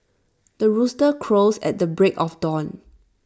the rooster crows at the break of dawn